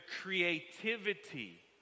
creativity